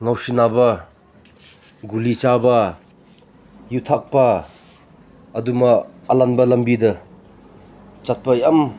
ꯉꯥꯎꯁꯤꯟꯅꯕ ꯒꯨꯂꯤ ꯆꯥꯕ ꯌꯨꯊꯛꯄ ꯑꯗꯨꯝꯕ ꯑꯔꯥꯟꯕ ꯂꯝꯕꯤꯗ ꯆꯠꯄ ꯌꯥꯝ